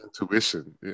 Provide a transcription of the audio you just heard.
intuition